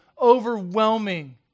overwhelming